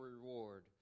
reward